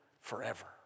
forever